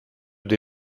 due